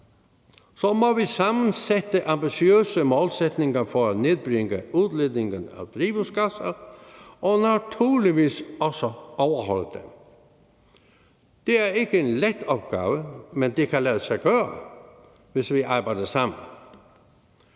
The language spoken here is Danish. – må vi opstille ambitiøse målsætninger for at nedbringe udledningen af drivhusgasser og naturligvis også overholde dem. Det er ikke en let opgave, men det kan lade sig gøre, hvis vi arbejder sammen.